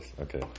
okay